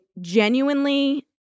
genuinely